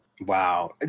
wow